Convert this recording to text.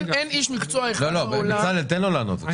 בצלאל, תן לו לענות, בבקשה.